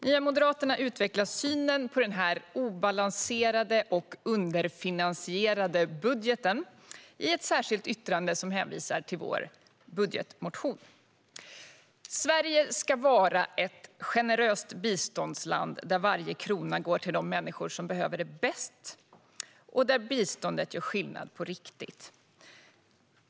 Nya Moderaterna utvecklar synen på den obalanserade och underfinansierade budgeten i ett särskilt yttrande som hänvisar till vår budgetmotion. Sverige ska vara ett generöst biståndsland, där varje krona går till de människor som behöver det mest och där biståndet gör skillnad på riktigt.